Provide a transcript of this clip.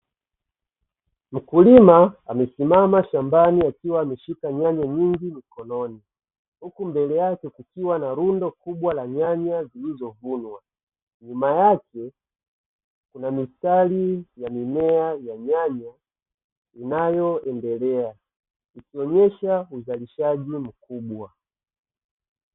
Mkulima amesimama shambani akiwa ameshika nyanya nyingi mkononi, huku mbele yake kukiwa na rundo kubwa la nyanya zilizovunwa. Nyuma yake kuna mistari ya mimea ya nyanya inayoendelea ikionyesha uzalishaji mkubwa.